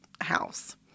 house